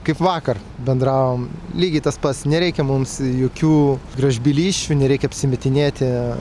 kaip vakar bendravom lygiai tas pats nereikia mums jokių gražbylysčių nereikia apsimetinėti